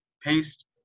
paste